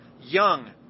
young